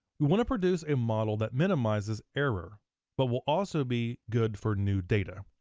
we wanna produce a model that minimizes error but will also be good for new data.